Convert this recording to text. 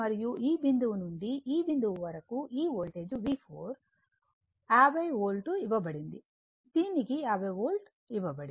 మరియు ఈ బిందువు నుండి ఈ బిందువు వరకు ఈ వోల్టేజ్ V4 50 వోల్ట్ ఇవ్వబడింది దీనికి 50 వోల్ట్ ఇవ్వబడింది